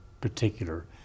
particular